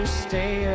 stay